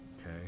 okay